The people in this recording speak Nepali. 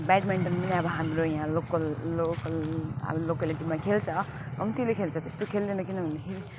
ब्याडमिन्डनको अब हाम्रो यहाँ लोकल लोकल आफ्नो लोकालिटीमा खेल्छ कम्तीले खेल्छ त्यस्तो खेल्दैन किनभनेदेखि